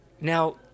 Now